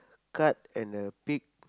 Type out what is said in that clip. card and a pig